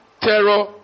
terror